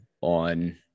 on